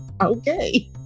Okay